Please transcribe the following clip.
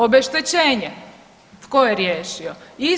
Obeštećenje tko je riješio?